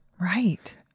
right